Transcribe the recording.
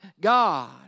God